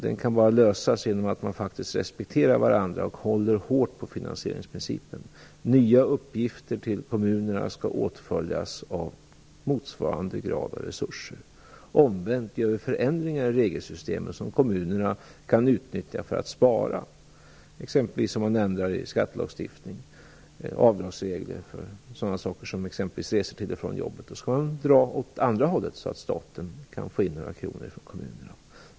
Den kan bara lösas genom att man faktiskt respekterar varandra och håller hårt på finansieringsprincipen. Nya uppgifter till kommunerna skall åtföljas av motsvarande grad av resurser. Omvänt gäller att om vi gör förändringar i regelsystemen som kommunerna kan utnyttja för att spara - exempelvis om man ändrar i skattelagstiftningen, avdragsregler för resor till och från jobbet - skall man dra åt andra hållet, så att staten kan få in några kronor från kommunerna.